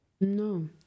no